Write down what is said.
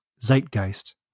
zeitgeist